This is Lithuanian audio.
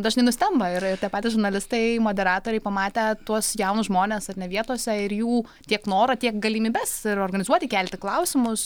dažnai nustemba ir tie patys žurnalistai moderatoriai pamatę tuos jaunus žmones ar ne vietose ir jų tiek norą tiek galimybes organizuoti kelti klausimus